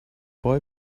boy